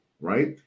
Right